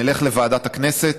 נלך לוועדת הכנסת,